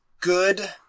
good